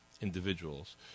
individuals